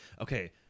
okay